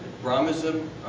Brahmanism